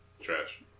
trash